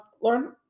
Lauren